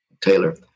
Taylor